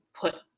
put